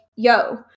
Yo